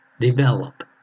develop